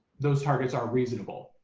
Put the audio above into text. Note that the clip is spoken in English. those targets are reasonable.